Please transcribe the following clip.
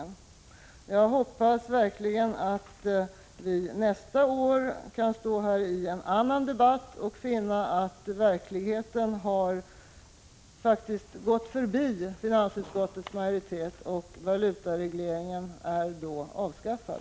Jag hoppas verkligen att vi nästa år kan stå här i en annan debatt och finna att verkligheten har gått förbi finansutskottets majoritet och att valutaregleringen då är avskaffad.